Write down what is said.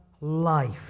life